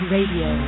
Radio